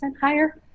higher